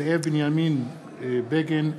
(קורא בשם חבר הכנסת) זאב בנימין בגין,